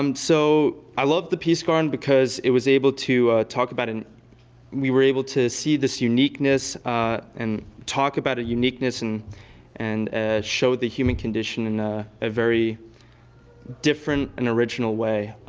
um so i love the peace garden because it was able to talk about and we were able to see this uniqueness and talk about a uniqueness and and show the human condition in ah a very different and original way.